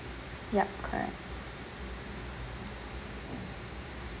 yup correct